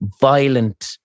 violent